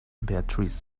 beatrice